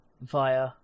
via